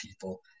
People